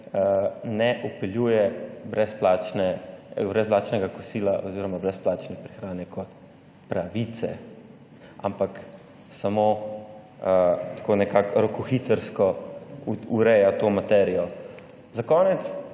ne vpeljuje brezplačnega kosila oziroma brezplačne prehrane kot pravice, ampak samo tako nekako rokohitrsko ureja to materijo. Za konec